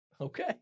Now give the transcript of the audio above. Okay